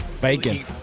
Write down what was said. Bacon